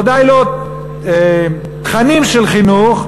ודאי לא תכנים של חינוך,